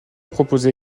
proposait